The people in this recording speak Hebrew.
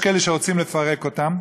יש כאלה שרוצים לפרק אותם